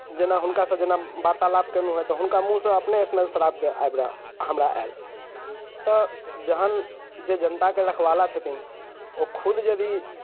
जेना हुनकासँ जेना वार्तालाप कयलहुँ हँ तऽ हुनका मुँहसँ अपने स्मेल शराबके आबि हमरा आयल तऽ जहन जे जनताके रखवाला छथिन ओ खुद यदि